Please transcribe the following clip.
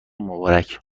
مبارک